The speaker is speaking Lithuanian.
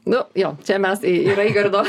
nu jo čia mes į raigardo